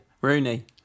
Rooney